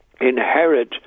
inherit